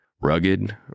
Rugged